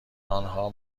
آنها